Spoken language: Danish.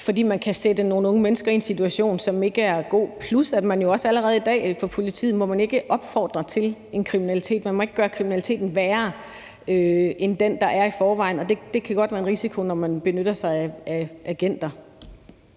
fordi man kan sætte nogle unge mennesker i en situation, som ikke er god, plus at man jo fra politiet allerede i dag ikke må opfordre til kriminalitet. Man må ikke gøre kriminaliteten værre end den, der er i forvejen, og det kan godt være en risiko, når man benytter sig af agenter.